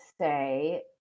say